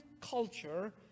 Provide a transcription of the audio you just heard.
culture